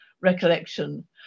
recollection